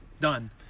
Done